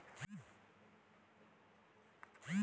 भारत में मछली, गाय, भेड़, भैंस, मुर्गी कुल पालल जाला